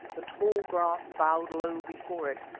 the tall grass bowed low before it,